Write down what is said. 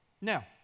Now